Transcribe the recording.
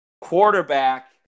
quarterback